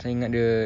saya ingat dia